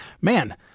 man